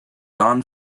don